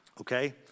Okay